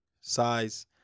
size